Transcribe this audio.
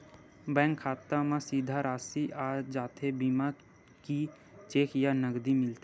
Bank खाता मा सीधा राशि आ जाथे बीमा के कि चेक या नकदी मिलथे?